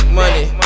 money